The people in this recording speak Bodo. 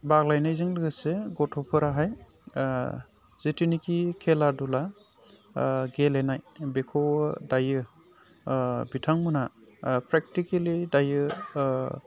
बाग्लायनायजों लोगोसे गथ'फोराहाय जिथुनिखि खेला धुला गेलेनाय बेखौ दायो बिथांमोनहा प्रेकटिकेलि दायो